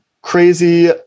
crazy